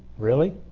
really